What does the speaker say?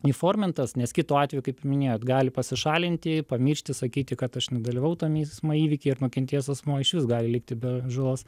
įformintas nes kitu atveju kaip ir minėjot gali pasišalinti pamiršti sakyti kad aš nedalyvavau tam eismo įvyky ir nukentėjęs asmuo išvis gali likti be žalos